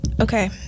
Okay